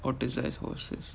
otter size horses